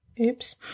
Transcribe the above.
Oops